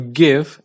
give